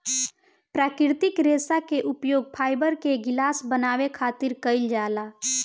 प्राकृतिक रेशा के उपयोग फाइबर के गिलास बनावे खातिर कईल जाला